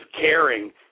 caring